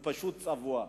והוא פשוט צבוע.